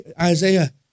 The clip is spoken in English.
Isaiah